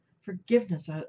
Forgiveness